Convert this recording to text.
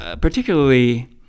Particularly